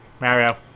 Mario